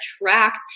attract